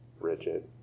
rigid